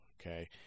okay